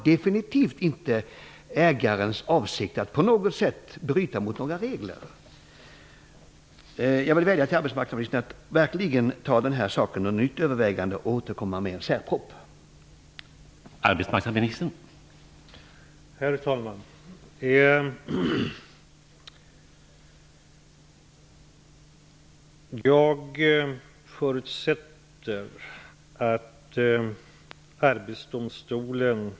Ändå var ägarens avsikt definitivt inte att bryta mot några regler. Jag vädjar till arbetsmarknadsministern att verkligen ta denna sak under nytt övervägande och återkomma med en särproposition.